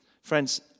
Friends